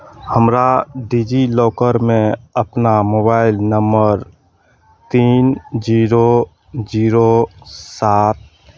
हमरा डिजिलॉकरमे अपना मोबाइल नम्बर तीन जीरो जीरो सात